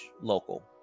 local